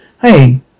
Hey